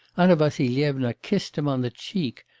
anna vassilyevna kissed him on the cheek,